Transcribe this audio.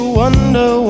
wonder